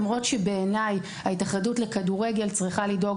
למרות שבעיניי ההתאחדות לכדורגל צריכה לדאוג